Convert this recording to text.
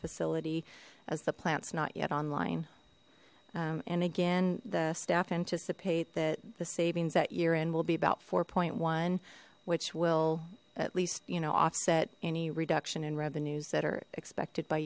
facility as the plants not yet online and again the staff anticipate that the savings at year end will be about four point one which will at least you know offset any reduction in revenues that are expected by